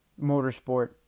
motorsport